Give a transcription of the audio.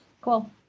Cool